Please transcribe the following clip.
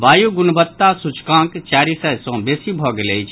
वायु गुणवत्ता सूचकांक चारि सय सॅ बेसी भऽ गेल अछि